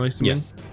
Yes